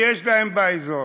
שיש להם באזור,